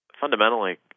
fundamentally